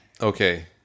Okay